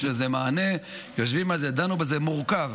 יש לזה מענה, יושבים על זה, דנו בזה, זה מורכב